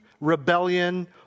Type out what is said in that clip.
rebellion